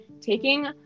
taking